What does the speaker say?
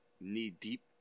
knee-deep